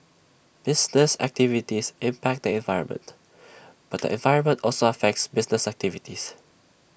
business activities impact the environment but the environment also affects business activities